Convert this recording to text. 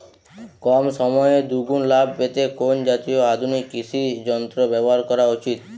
কম সময়ে দুগুন লাভ পেতে কোন জাতীয় আধুনিক কৃষি যন্ত্র ব্যবহার করা উচিৎ?